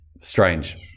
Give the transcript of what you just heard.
Strange